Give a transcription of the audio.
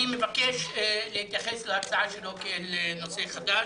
אני מבקש להתייחס להצעה שלו כאל נושא חדש.